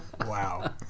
Wow